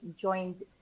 joined